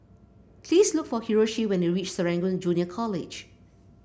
please look for Hiroshi when you reach Serangoon Junior College